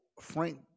Frank